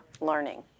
learning